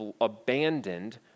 abandoned